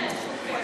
בטח שאין שום קשר.